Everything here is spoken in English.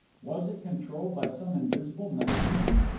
was it controlled by some invisible mechanism?